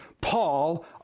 Paul